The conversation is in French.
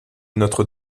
notre